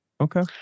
Okay